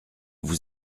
vous